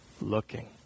looking